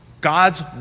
God's